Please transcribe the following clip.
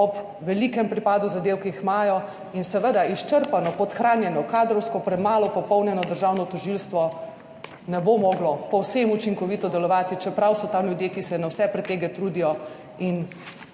ob velikem pripadu zadev, ki jih imajo, in seveda izčrpano, podhranjeno, kadrovsko premalo popolnjeno državno tožilstvo ne bo moglo povsem učinkovito delovati, čeprav so tam ljudje, ki se na vse pretege trudijo in